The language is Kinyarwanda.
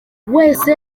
wese